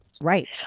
Right